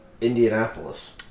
Indianapolis